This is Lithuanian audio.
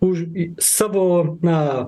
už į savo na